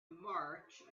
march